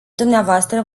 dvs